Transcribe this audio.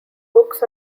books